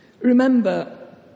Remember